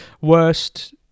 worst